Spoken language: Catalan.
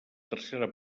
tercera